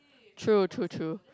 true true true